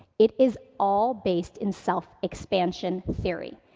it is all based in self-expansion theory.